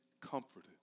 comforted